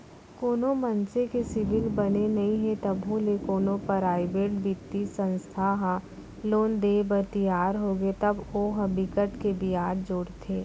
कोनो मनसे के सिविल बने नइ हे तभो ले कोनो पराइवेट बित्तीय संस्था ह लोन देय बर तियार होगे तब ओ ह बिकट के बियाज जोड़थे